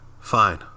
Fine